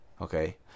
okay